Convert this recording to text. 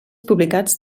publicats